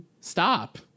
stop